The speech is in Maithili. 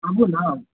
आबू ने